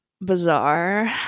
bizarre